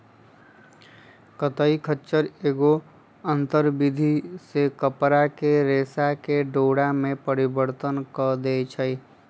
कताई खच्चर एगो आंतर विधि से कपरा के रेशा के डोरा में परिवर्तन कऽ देइ छइ